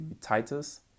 Titus